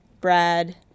Brad